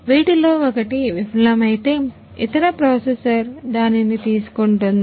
వీటిలో ఒకటి విఫలమైతే ఇతర ప్రాసెసర్ దానిని తీసుకుంటుంది